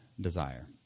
desire